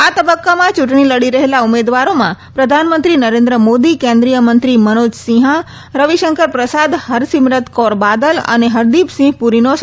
આ તબક્કામાં ચૂંટણી લડી રહેલા ઉમેદવારોમાં પ્રધાનમંત્રી નરેન્દ્ર મોદી કેન્દ્રિય મંત્રી મનોજસિંહા રવિશંકર પ્રસાદ હરસિમરત કૌર બાદલ અને હરદીપસિંહ પૂરીનો સમાવેશ થાય છે